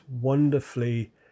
wonderfully